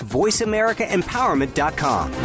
voiceamericaempowerment.com